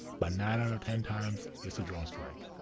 but nine out of ten times it's a drone strike.